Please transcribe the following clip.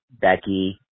Becky